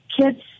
kids